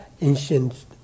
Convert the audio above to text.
ancient